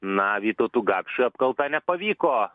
na vytautui gapšiui apkalta nepavyko